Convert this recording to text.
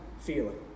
feeling